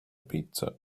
pizza